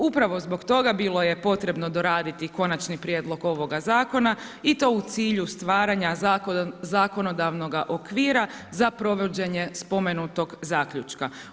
Upravo zbog toga bilo je bilo je potrebno doraditi konačni prijedlog ovoga zakona i to u cilju stvaranja zakonodavnog okvira za provođenje spomenutog zaključka.